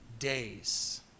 days